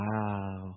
Wow